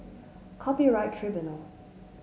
Copyright Tribunal